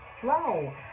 slow